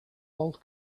old